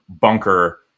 bunker